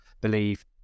believe